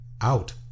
out